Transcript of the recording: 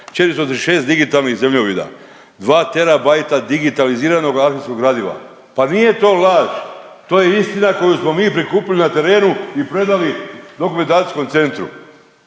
436 digitalnih zemljovida, 2 terabajta digitaliziranog arhivskog gradiva, pa nije to laž, to je istina koju smo mi prikupili na terenu i predali dokumentacijskom centru.